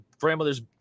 grandmother's